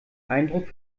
eindruck